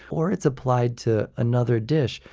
or it's applied to another dish,